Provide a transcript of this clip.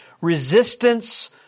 resistance